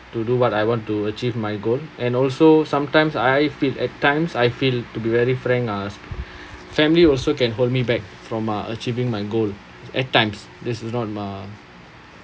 to do what I want to achieve my goal and also sometimes I feel at times I feel to be very frank uh family also can hold me back from uh achieving my goal at times this is not ma~